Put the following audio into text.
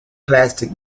classic